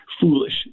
foolish